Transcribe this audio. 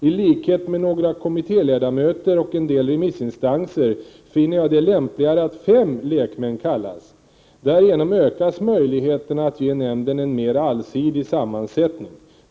I likhet med några kommittéledamöter och en del remissinstanser finner jag det lämpligare att fem lekmän kallas. Därigenom ökas möjligheterna att ge nämnden en mer allsidig sammansättning.